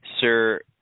Sir